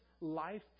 life